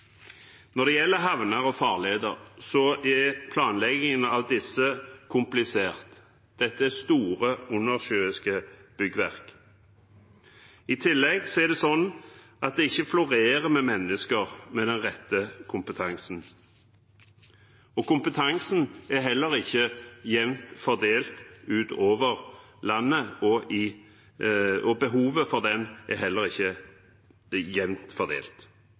Når det gjelder havner og farleder, er planleggingen av slike komplisert. Dette er store, undersjøiske byggverk. I tillegg florerer det ikke av mennesker med den rette kompetansen. Kompetansen – og behovet for den – er ikke jevnt fordelt utover landet. Nettopp derfor har vi foreslått at det samlede og veldig kompetente miljøet i